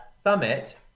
summit